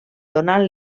donant